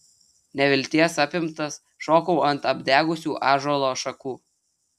nevilties apimtas šokau ant apdegusių ąžuolo šakų